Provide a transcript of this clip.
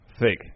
Fake